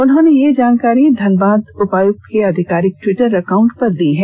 उन्होंने यह जानकारी धनबाद उपायुक्त के आधिकारिक टवीट्र एकांउट पर दी हैं